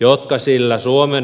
jotka sillä suomen perustuslain mukaan on